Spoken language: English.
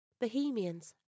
bohemians